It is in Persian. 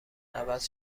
عوض